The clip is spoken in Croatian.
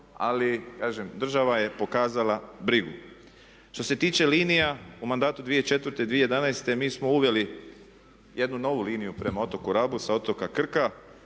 kažem država je pokazala brigu. Što se tiče linija u mandatu 2004.-2011. mi smo uveli jednu novu liniju prema otoku Rabu sa otoka Krka